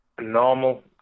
normal